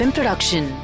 Production